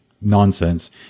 nonsense